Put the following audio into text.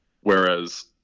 whereas